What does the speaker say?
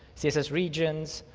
css regions,